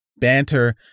banter